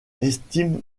estime